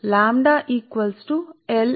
కాబట్టి ఇది వాస్తవానికి సమీకరణం 10 సరే